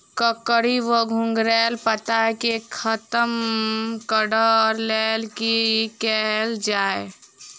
कोकरी वा घुंघरैल पत्ता केँ खत्म कऽर लेल की कैल जाय?